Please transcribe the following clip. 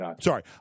Sorry